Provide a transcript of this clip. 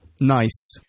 Nice